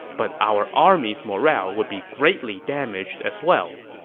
but our army's morale would be greatly damaged as well.